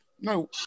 no